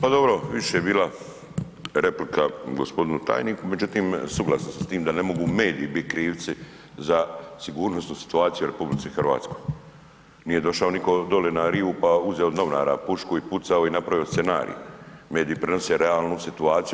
Pa dobro više bi bila replika gospodinu tajniku, međutim suglasan sam s tim da ne mogu mediji biti krivci za sigurnosnu situaciju u RH. nije došao niko doli na rivu pa uzeo od novinara pušku i pucao i napravio scenarij, mediji prenose realnu situaciju.